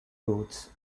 roads